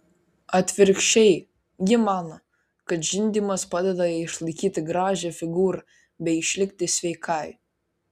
atvirkščiai ji mano kad žindymas padeda jai išlaikyti gražią figūrą bei išlikti sveikai